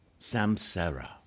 Samsara